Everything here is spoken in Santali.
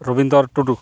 ᱨᱚᱵᱤᱱᱫᱚᱨ ᱴᱩᱰᱩ